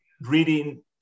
reading